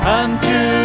unto